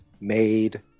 made